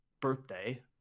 birthday